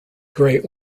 grey